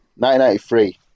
1993